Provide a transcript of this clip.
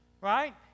right